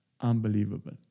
Unbelievable